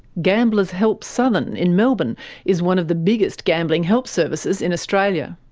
gamblers help southern in melbourne is one of the biggest gambling help services in australia.